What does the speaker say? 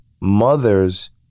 mother's